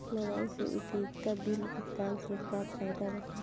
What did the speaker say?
Mobile से उपयोगिता bill भुगतान से का फायदा बा?